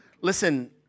Listen